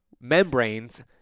membranes